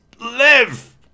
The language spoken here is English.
live